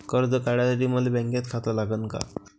कर्ज काढासाठी मले बँकेत खातं लागन का?